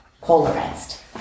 polarized